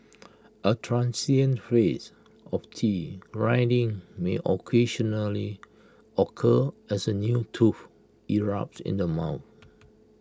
A transient phase of teeth grinding may occasionally occur as A new tooth erupts in the mouth